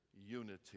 unity